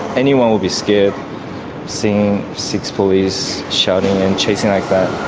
anyone would be scared seeing six police shouting and chasing like that.